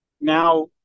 now